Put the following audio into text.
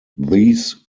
these